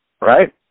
Right